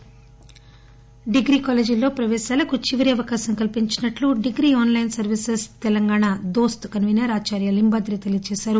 దోస్త్ డిగ్రీ కాలేజీల్లో ప్రవేశాలకు చివరి అవకాశం కల్పించినట్టు డిగ్రీ ఆస్లైస్ సర్వీసెస్ తెలంగాణ దోస్త కన్వీనర్ ఆచార్య లింబాద్రి తెలిపారు